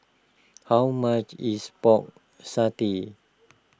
how much is Pork Satay